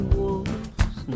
wolves